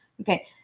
Okay